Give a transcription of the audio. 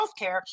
healthcare